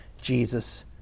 Jesus